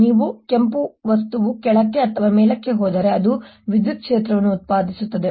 ಈ ಕೆಂಪು ವಸ್ತುವು ಕೆಳಕ್ಕೆ ಅಥವಾ ಮೇಲಕ್ಕೆ ಹೋದರೆ ಅದು ವಿದ್ಯುತ್ ಕ್ಷೇತ್ರವನ್ನು ಉತ್ಪಾದಿಸುತ್ತದೆ